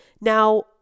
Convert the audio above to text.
Now